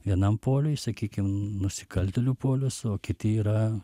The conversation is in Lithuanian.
vienam poliuj sakykim nusikaltėlių polius o kiti yra